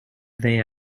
they